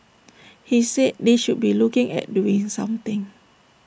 he said they should be looking at doing something